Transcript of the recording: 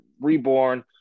reborn